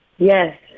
Yes